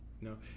No